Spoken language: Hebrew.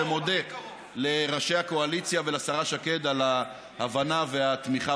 ומודה לראשי הקואליציה ולשרה שקד על ההבנה והתמיכה,